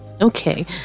Okay